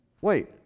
Wait